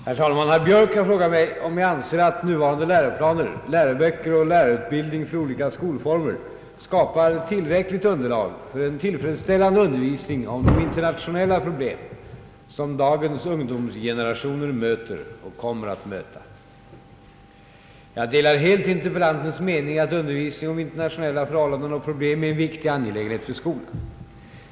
Herr talman! Herr Björk har frågat om jag anser att nuvarande läroplaner, läroböcker och lärarutbildning för olika skolformer skapar tillräckligt underlag för en tillfredsställande undervisning om de internationella problem som dagens ungdomsgenerationer möter och kommer att möta. Jag delar helt interpellantens mening att undervisning om internationella förhållanden och problem är en viktig angelägenhet för skolan.